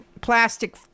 plastic